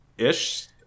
ish